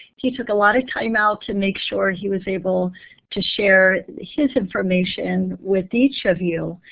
he took a lot of time out to make sure he was able to share his information with each of you.